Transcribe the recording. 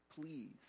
Please